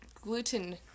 gluten